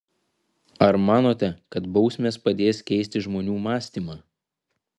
ar manote kad bausmės padės keisti žmonių mąstymą